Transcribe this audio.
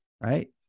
right